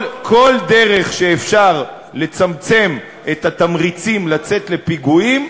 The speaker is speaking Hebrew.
כל דרך שאפשר לצמצם בה את התמריצים לצאת לפיגועים,